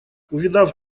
увидав